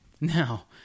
Now